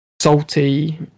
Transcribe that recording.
salty